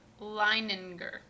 Leininger